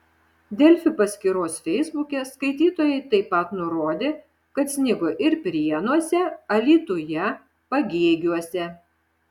delfi paskyros feisbuke skaitytojai taip pat nurodė kad snigo ir prienuose alytuje pagėgiuose